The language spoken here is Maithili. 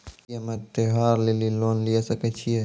की हम्मय त्योहार लेली लोन लिये सकय छियै?